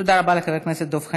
תודה לחבר הכנסת דב חנין.